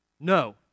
No